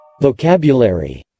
Vocabulary